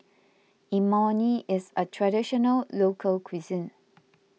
Imoni is a Traditional Local Cuisine